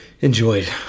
Enjoyed